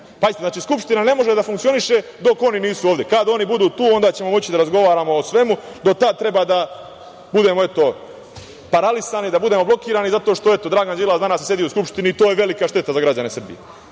Pazite, znači Skupština ne može da funkcioniše dok oni nisu ovde. Kad oni budu tu, onda ćemo moći da razgovaramo o svemu, do tada treba da budemo paralisani, da budemo blokirani zato što eto Dragan Đilas danas ne sedi u Skuštini i to je velika šteta za građane Srbije. Zaista